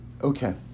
Okay